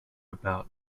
about